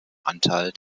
anteil